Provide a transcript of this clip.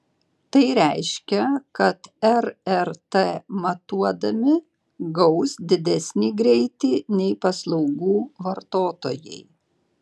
tai reiškia kad rrt matuodami gaus didesnį greitį nei paslaugų vartotojai